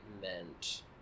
meant